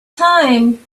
time